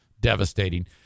devastating